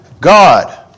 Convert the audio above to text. God